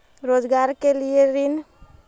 रोजगार के लिए ऋण?